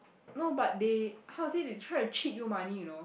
no but they how to say they try to cheat you money you know